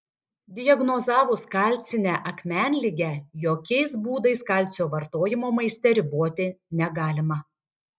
diagnozavus kalcinę akmenligę jokiais būdais kalcio vartojimo maiste riboti negalima